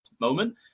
moment